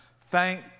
thank